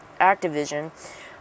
Activision